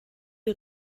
die